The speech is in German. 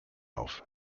auf